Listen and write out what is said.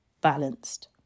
balanced